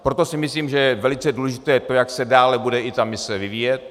Proto si myslím, že je velice důležité to, jak se dále bude i ta mise vyvíjet.